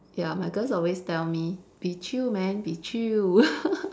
ya my girls always tell me be chill man be chill